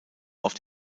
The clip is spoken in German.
auf